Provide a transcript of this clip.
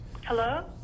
Hello